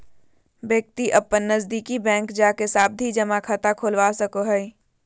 व्यक्ति अपन नजदीकी बैंक जाके सावधि जमा खाता खोलवा सको हय